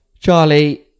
Charlie